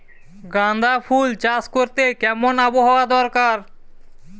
গাঁদাফুল চাষ করতে কেমন আবহাওয়া দরকার?